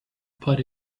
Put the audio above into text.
put